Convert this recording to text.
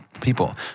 people